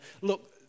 look